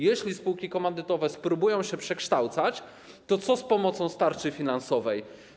Jeśli spółki komandytowe spróbują się przekształcać, to co z pomocą z tarczy finansowej?